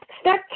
Step